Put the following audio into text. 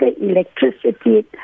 electricity